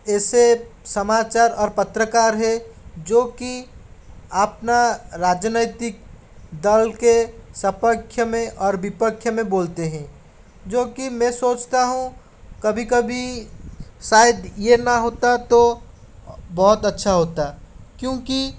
ऐसे समाचार और पत्रकार है जो कि अपना राजनीतिक दल के सपक्ष में और विपक्ष में बोलते हैं जो कि मैं सोचता हूँ कभी कभी शायद ये ना होता तो बहुत अच्छा होता क्योंकि